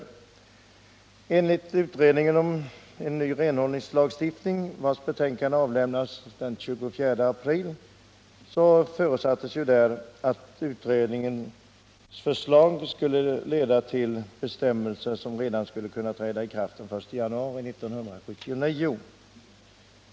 I det betänkande som utredningen om en ny renhållningslagstiftning avlämnade den 24 april förutsattes att utredningens förslag skulle leda till bestämmelser som skulle kunna träda i kraft redan den 1 januari 1979.